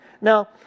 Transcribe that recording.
Now